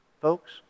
Folks